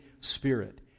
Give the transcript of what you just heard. Spirit